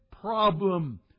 problem